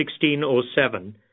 1607